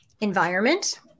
Environment